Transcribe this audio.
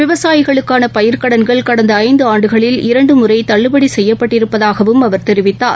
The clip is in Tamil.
விவசாயிகளுக்கானபயிர்கடன்கள் கடந்தஐந்தாண்டுகளில் இரண்டுமுறைதள்ளுபடிசெய்யப்பட்டிருப்பதாகவும் அவர் தெரிவித்தார்